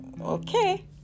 okay